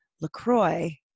LaCroix